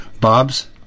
Bob's